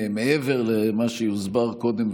מעבר למה שהוסבר קודם,